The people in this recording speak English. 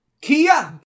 Kia